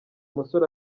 musore